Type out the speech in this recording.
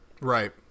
Right